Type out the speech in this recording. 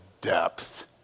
depth